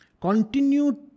continue